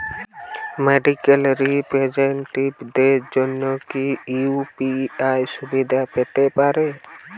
Medical রিপ্রেজন্টেটিভদের জন্য কি ইউ.পি.আই সুবিধা পেতে পারে?